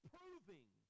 Proving